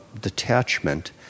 detachment